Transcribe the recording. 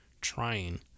trying